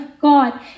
God